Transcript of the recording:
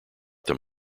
them